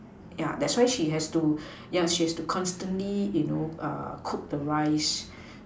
yeah that's why she has to yeah she has to constantly you know uh cook the rice